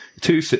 two